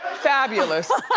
fabulous.